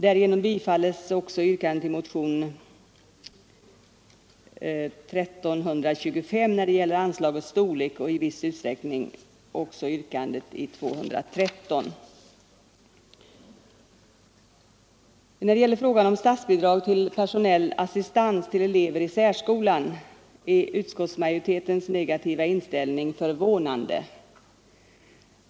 Därigenom bifalles också yrkandet i motionen 1325 beträffande anslagets storlek, och i viss utsträckning också yrkandet i motionen 213. När det gäller frågan om statsbidrag till personell assistans för elever i särskolan är utskottsmajoritetens negativa inställning förvånande.